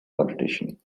politician